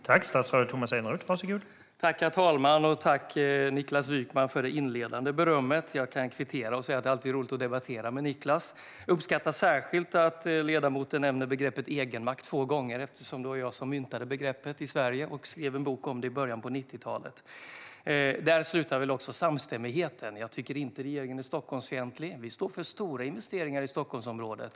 Herr talman! Tack för det inledande berömmet, Niklas Wykman! Jag kan kvittera genom att säga att det alltid är roligt att debattera med Niklas. Jag uppskattar särskilt att ledamoten nämner begreppet "egenmakt" två gånger, eftersom det var jag som myntade begreppet i Sverige och skrev en bok om det i början av 90-talet. Där slutar väl samstämmigheten. Jag tycker inte att regeringen är Stockholmsfientlig. Vi står för stora investeringar i Stockholmsområdet.